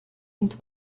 into